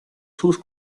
sus